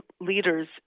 leaders